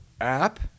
app